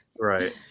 Right